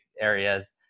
areas